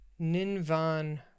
Ninvan